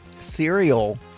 cereal